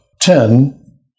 ten